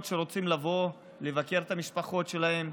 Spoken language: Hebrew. שרוצים לבוא ולבקר את המשפחות שלהם.